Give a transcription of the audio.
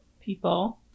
people